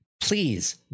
please